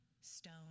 stone